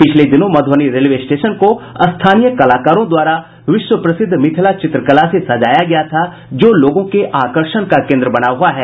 पिछले दिनों Madhubani railway station को स्थानीय कलाकारों द्वारा विश्व प्रसिद्ध मिथिला चित्रकला से सजाया गया था जो लोगों के आकर्षण का केन्द्र बना हुआ है